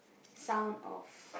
sound of